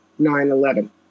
9-11